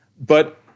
but-